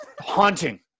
Haunting